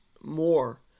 more